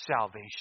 salvation